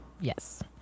Yes